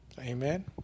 Amen